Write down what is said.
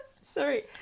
Sorry